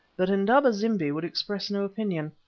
but indaba-zimbi would express no opinion.